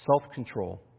Self-control